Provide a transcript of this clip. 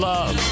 Love